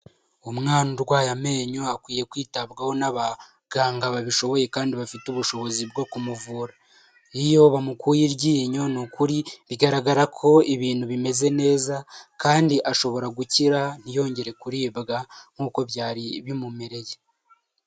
Umwana urwaye amenyo akwiye kwitabwaho n'abaganga babishoboye kandi bafite ubushobozi bwo kumuvura, iyo bamukuye iryinyo nikuri bigaragara ko ibintu bimeze neza kandi ashobora gukira ntiyongere kuribwa nk'uko byari bimumereye.